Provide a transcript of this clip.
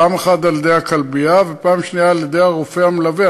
פעם אחת על-ידי הכלבייה ופעם שנייה על-ידי הרופא המלווה.